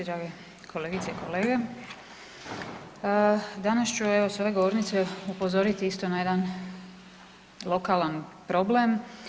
Drage kolegice i kolege, danas ću evo s ove govornice upozoriti isto na jedan lokalan problem.